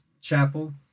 chapel